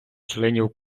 членів